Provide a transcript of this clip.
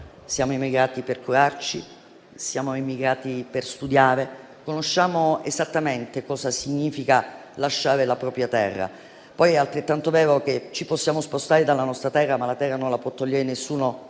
siamo emigrati per curarci, siamo emigrati per studiare, sappiamo esattamente cosa significa lasciare la propria terra. È altrettanto vero che ci possiamo spostare dalla nostra terra, ma quella terra non la può togliere nessuno